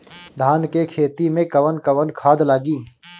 धान के खेती में कवन कवन खाद लागी?